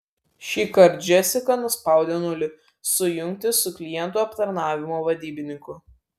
šįkart džesika nuspaudė nulį sujungti su klientų aptarnavimo vadybininku